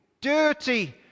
dirty